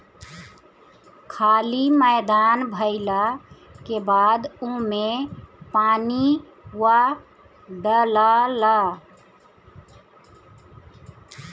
खाली मैदान भइला के बाद ओमे पानीओ डलाला